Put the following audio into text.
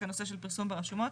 רק הנושא של פרסום ברשומות